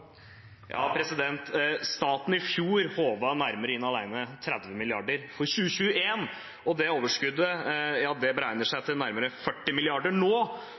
i fjor inn nærmere 30 mrd. kr for 2021. Det overskuddet beregner seg nå til nærmere 40